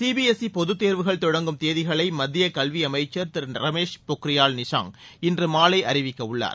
C B S E பொதுக் தேர்வுகள் தொடங்கும் தேதிகளை மத்திய கல்வி அமைச்சர் திரு ரமேஷ் பொக்ரியால் நிஷாங்க் இன்று மாலை அறிவிக்கவுள்ளார்